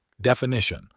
Definition